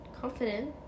Confident